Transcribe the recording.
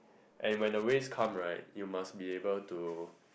and when the waves come right you must be able to